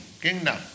Kingdom